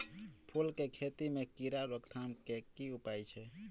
फूल केँ खेती मे कीड़ा रोकथाम केँ की उपाय छै?